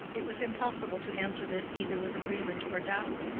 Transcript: it was impossible to answer this either with agreement or doubt.